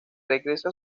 regresa